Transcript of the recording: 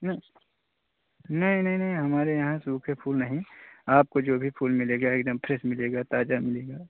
नहीं नहीं नहीं नहीं हमारे यहाँ सूखे फूल नहीं आपको जो भी फूल मिलेगा एक दम फ्रेस मिलेगा ताज़ा मिलेगा